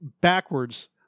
backwards